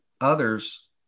others